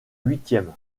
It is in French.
huitième